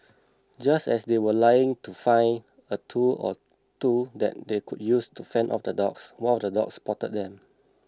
just as they were trying to find a tool or two that they could use to fend off the dogs one of the dogs spotted them